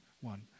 one